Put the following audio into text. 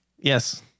yes